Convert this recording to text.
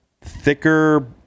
thicker